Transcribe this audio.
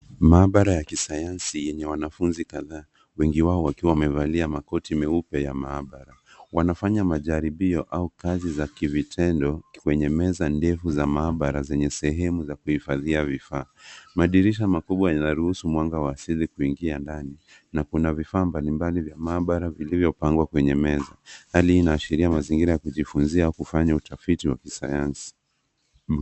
Maabara ya kisayansi yenye wanafunzi kadhaa, wengi wao wakiwa wamevalia makoti meupe ya maabara. Wanafanya majaribio au kazi za kivitendo kwenye meza ndefu za maabara zenye sehemu za kuhifadhia vifaa. Madirisha makubwa yanaruhusu mwanga wa asili kuingia ndani na kuna vifaa mbalimbali vya maabara vilivyopangwa kwenye meza. Hali hii inaashiria mazingira ya kujifunzia au kufanya utafiti wa kisayansi.